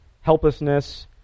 helplessness